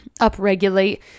upregulate